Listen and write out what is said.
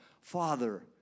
Father